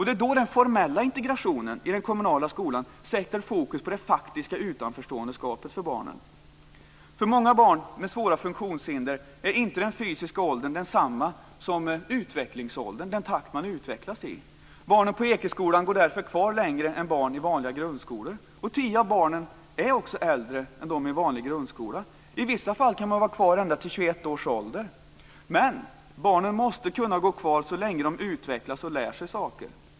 Det är då den formella integrationen i den kommunala skolan sätter fokus på det faktiska utanförskapet för barnen. För många barn med svåra funktionshinder är inte den fysiska åldern densamma som utvecklingsåldern, den takt man utvecklas i. Barnen på Ekeskolan går därför kvar längre än barn i en vanlig grundskola. Tio av barnen är också äldre än de i vanliga skolor. I vissa fall kan man vara kvar ända till 21 års ålder. Men barnen måste kunna gå kvar så länge de utvecklas och lär sig saker.